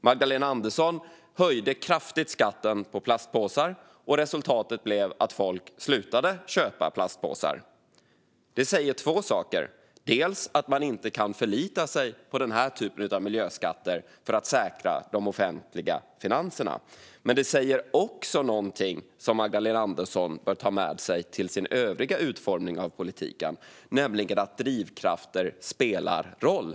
Magdalena Andersson höjde skatten på plastpåsar kraftigt, och resultatet blev att folk slutade köpa plastpåsar. Det säger två saker: dels att man inte kan förlita sig på den här typen av miljöskatter för att säkra de offentliga finanserna, dels någonting som Magdalena Andersson bör ta med sig till sin övriga utformning av politiken, nämligen att drivkrafter spelar roll.